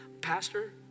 pastor